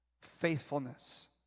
faithfulness